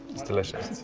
it's delicious.